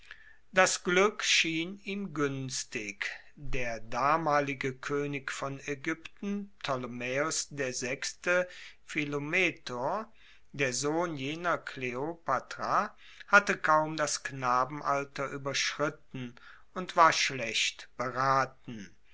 das glueck schien ihm guenstig der damalige koenig von aegypten ptolemaeos vi philometor der sohn jener kleopatra hatte kaum das knabenalter ueberschritten und war schlecht beraten